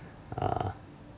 err